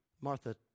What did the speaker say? Martha